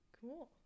cool